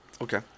Okay